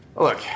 Look